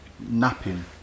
napping